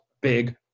big